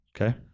Okay